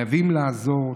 חייבים לעזור,